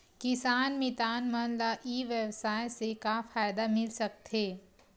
किसान मितान मन ला ई व्यवसाय से का फ़ायदा मिल सकथे?